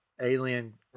alien